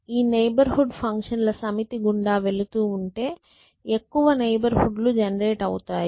ఈ neighbourhood function ల సమితి గుండా వెళుతూ ఉంటే ఎక్కువ నైబర్ హుడ్ లు జెనెరేట్ అవుతాయి